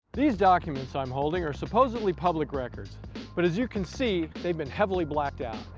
these documents i'm holding are supposedly public records but as you can see they've been heavily blacked out.